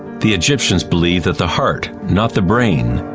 the egyptians believed that the heart, not the brain,